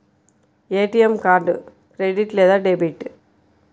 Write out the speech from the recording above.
ATM card credit లేదా debit?